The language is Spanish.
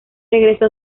regresó